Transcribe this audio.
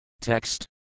Text